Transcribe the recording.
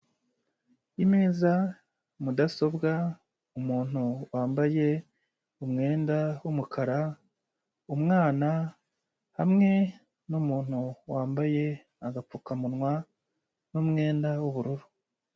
Imeza, mudasobwa, umuntu wambaye umwenda w'umukara, umwana hamwe n'umuntu wambaye agapfukamunwa n'umwenda w'ubururu.